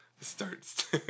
starts